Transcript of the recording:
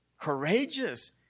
courageous